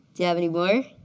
you have any more?